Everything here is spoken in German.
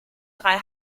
drei